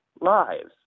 lives